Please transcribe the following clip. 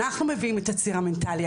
אנחנו מביאים את הציר המנטלי.